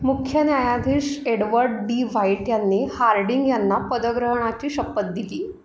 मुख्य न्यायाधीश Edward D White ह्यांनी हार्डिंग यांना पदग्रहणाची शपथ दिली